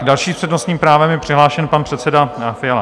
Další s přednostním právem je přihlášen pan předseda Fiala.